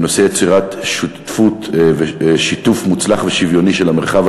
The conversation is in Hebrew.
בנושא יצירת שיתוף מוצלח ושוויוני של המרחב